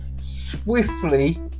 swiftly